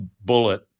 bullet